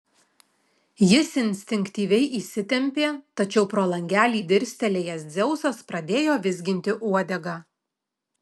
jis instinktyviai įsitempė tačiau pro langelį dirstelėjęs dzeusas pradėjo vizginti uodegą